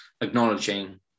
acknowledging